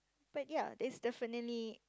but ya that's definitely